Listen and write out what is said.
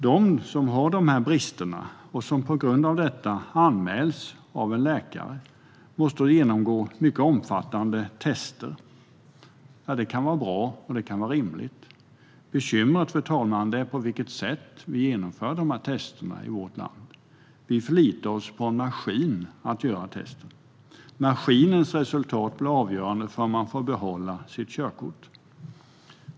De som har dessa brister och som på grund av detta anmäls av en läkare måste genomgå mycket omfattande tester. Bekymret, fru talman, är på vilket sätt vi genomför dessa tester i vårt land. Vi förlitar oss på en maskin. Maskinens resultat blir avgörande för om man får behålla sitt körkort.